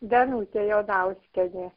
danutė jonauskienė